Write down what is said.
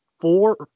four